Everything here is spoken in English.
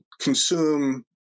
consume